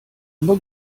aber